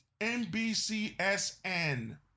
NBCSN